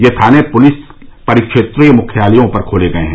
ये थाने पुलिस परिक्षेत्रीय मुख्यालयों पर खोले गये हैं